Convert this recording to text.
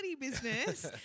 business